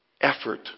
effort